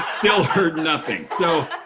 still heard nothing. so,